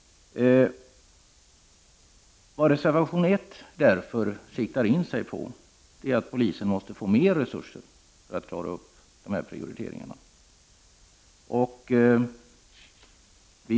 Vad reservation 1 därför siktar in sig på är att polisen måste få mer resurser för att klara upp de här prioriteringarna.